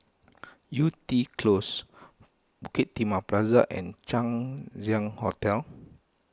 Yew Tee Close Bukit Timah Plaza and Chang Ziang Hotel